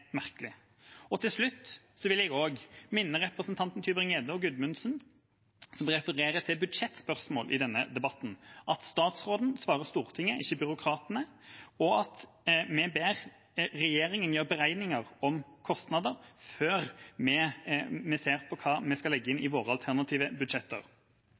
merkelig. Til slutt vil jeg også minne representantene Tybring-Gjedde og Gudmundsen, som refererer til budsjettspørsmål i denne debatten, om at statsråden svarer Stortinget, ikke byråkratene, og at vi ber regjeringa gjøre beregninger om kostnader før vi ser på hva vi skal legge inn